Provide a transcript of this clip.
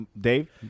Dave